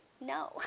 No